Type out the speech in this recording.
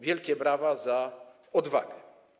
Wielkie brawa za odwagę.